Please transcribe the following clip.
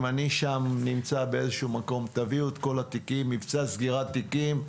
אם אני נמצא שם באיזשהו מקום תביאו את כל התיקים למבצע סגירת תיקים,